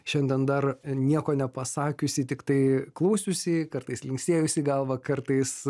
šiandien dar nieko nepasakiusį tiktai klausiusį kartais linksėjusį galvą kartais